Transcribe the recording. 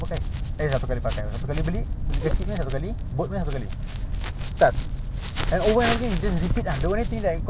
yang New Balance ada crazy sales ah I should have told you if I know about this and I didn't know then bang faid faz~ fazly is an avid soccer player